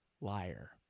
liar